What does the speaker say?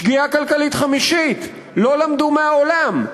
שגיאה כלכלית חמישית, לא למדו מהעולם.